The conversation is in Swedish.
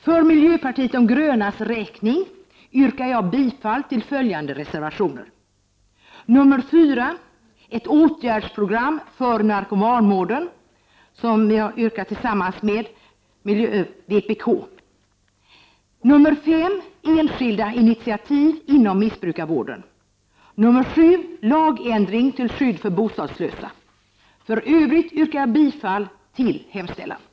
För miljöpartiet de grönas räkning yrkar jag bifall till reservation nr 4 om ett åtgärdsprogram för narkomanvården, som vi har tillsammans med vpk, nr 5 om enskilda initiativ inom missbrukarvården och nr 7 om lagändring till skydd för bostadslösa. I övrigt yrkar jag bifall till utskottets hemställan. Tack!